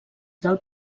del